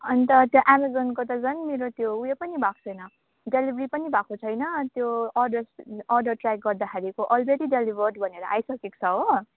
अन्त त्यो एमाजोनको त झन् मेरो त्यो ऊ यो पनि भएको छैन डेलिभरी पनि भएको छैन अनि त्यो अर्डर ट्रयाक गर्दाखेरिको अलरेडी डेलिभर्ड भनेर आइसकेको छ हो